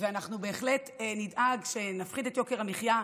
אנחנו בהחלט נדאג להפחית את יוקר המחיה,